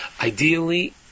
Ideally